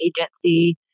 agency